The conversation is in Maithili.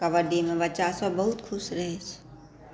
कबड्डीमे बच्चासभ बहुत खुश रहै छै